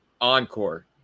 encore